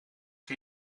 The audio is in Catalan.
que